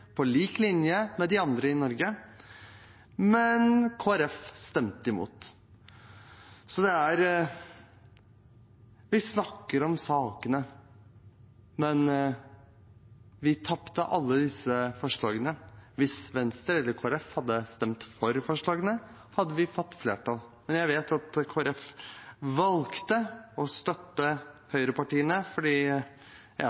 på lik linje med de andre i Norge, men Kristelig Folkeparti stemte imot. Vi snakker om sakene, men vi tapte og ble nedstemt i alle disse forslagene. Hvis Venstre eller Kristelig Folkeparti hadde stemt for dem, hadde de fått flertall. Jeg vet at Kristelig Folkeparti valgte å støtte